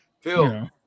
Phil